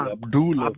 Abdul